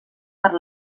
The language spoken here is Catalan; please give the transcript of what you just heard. per